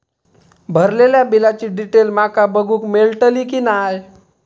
भरलेल्या बिलाची डिटेल माका बघूक मेलटली की नाय?